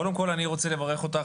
קודם כל אני רוצה לברך אותך,